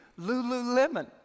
Lululemon